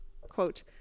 Quote